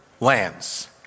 lands